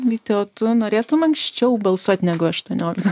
vyti o tu norėtum anksčiau balsuot negu aštuoniolika